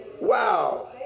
Wow